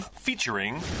featuring